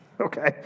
Okay